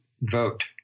vote